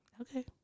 Okay